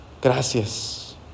Gracias